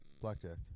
Blackjack